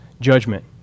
judgment